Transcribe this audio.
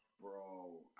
Bro